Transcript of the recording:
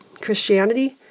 Christianity